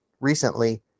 recently